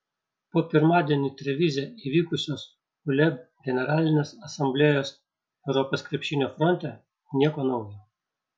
po pirmadienį trevize įvykusios uleb generalinės asamblėjos europos krepšinio fronte nieko naujo